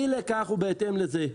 אי לכך ובהתאם לזה,